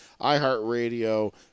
iHeartRadio